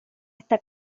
esta